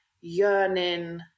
yearning